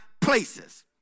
places